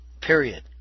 Period